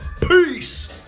Peace